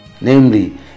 namely